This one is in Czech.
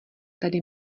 tady